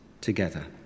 together